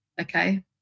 Okay